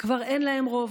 כבר אין להם רוב,